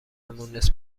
مونس